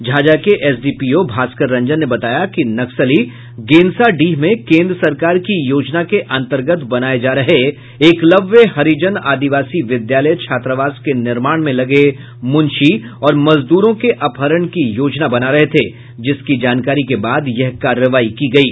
झाझा के एसडीपीओ भास्कर रंजन ने बताया कि नक्सली गेनसाडीह में केंद्र सरकार की योजना के अंतर्गत बनाये जा रहे एकलव्य हरिजन आदिवासी विद्यालय छात्रावास के निर्माण में लगे मुंशी और मजदूरों का अपहरण की योजना बना रहे थे जिसकी जानकारी के बाद यह कार्रवाई की गयी